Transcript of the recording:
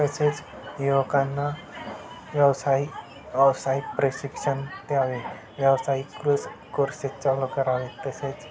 तसेच युवकांना व्यवसाय व्यवसायिक प्रशिक्षण द्यावे व्यवसायिक कृस कुर्से चालू करावे तसेच